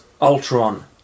Ultron